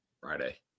Friday